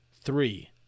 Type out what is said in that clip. Three